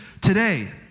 today